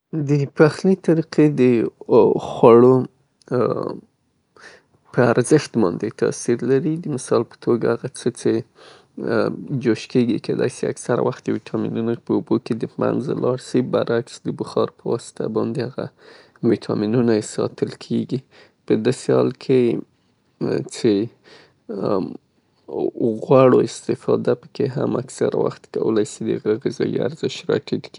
د پخلي بیلابیل میتودونه کولای سي د تغذیې په ارزښت باندې د پام وړ تاثیر وکي، او، ، زما په نظر هغه شیان چې جوشیږي یا پکې د جوشیدو سره ویټامینونه له منځه ځي که له نورو طریقو نه استفاده وسي چه هغه بخار په شکل ، بهتر به وي.